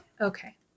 Okay